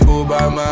Obama